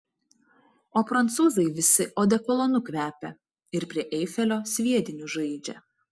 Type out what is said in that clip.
o prancūzai visi odekolonu kvepia ir prie eifelio sviediniu žaidžia